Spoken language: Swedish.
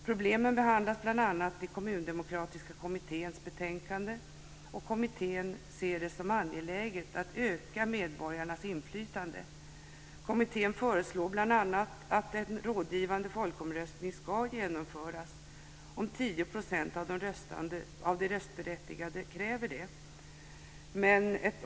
Problemen behandlas bl.a. i Kommundemokratiska kommitténs betänkande, och kommittén ser det som angeläget att öka medborgarnas inflytande. Kommittén föreslår bl.a. att en rådgivande folkomröstning ska genomföras om 10 % av de röstberättigade kräver det.